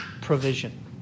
provision